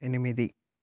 ఎనిమిది